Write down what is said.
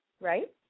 right